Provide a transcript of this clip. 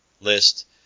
list